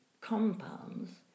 compounds